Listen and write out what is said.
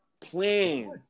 plan